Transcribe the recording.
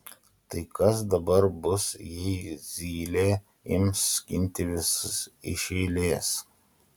tai kas dabar bus jei zylė ims skinti visus iš eilės